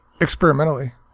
Experimentally